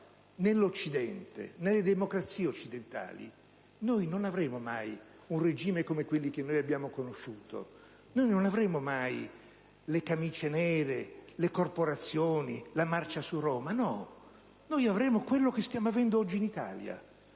che in Europa e nelle democrazie occidentali non avremo mai un regime come quelli che abbiamo conosciuto: non avremo mai le camicie nere, le corporazioni, la marcia su Roma; noi avremo quello che stiamo avendo oggi in Italia,